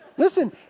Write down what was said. Listen